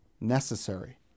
necessary